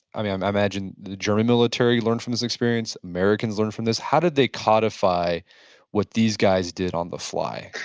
i mean i imagine the german military learned from this experience, americans learned from this, how did they codify what these guys did on the fly?